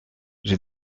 j’ai